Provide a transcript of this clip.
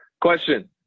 Question